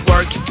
Work